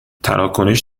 تراکنش